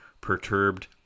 perturbed